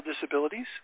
disabilities